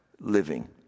living